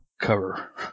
cover